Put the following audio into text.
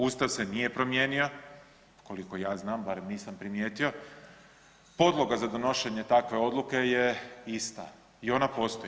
Ustav se nije promijenio koliko ja znam barem nisam primijetio, podloga za donošenje takve odluke je ista i ona postoji.